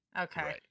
okay